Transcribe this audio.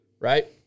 right